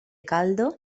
caldo